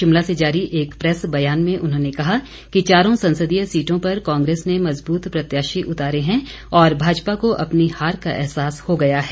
शिमला से जारी एक प्रैस ब्यान में उन्होंने कहा कि चारों संसदीय सीटों पर कांग्रेस ने मजबूत प्रत्याशी उतारे हैं और भाजपा को अपनी हार का एहसास हो गया है